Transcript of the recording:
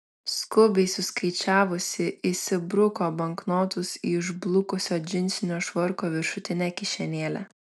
skubiai suskaičiavusi įsibruko banknotus į išblukusio džinsinio švarko viršutinę kišenėlę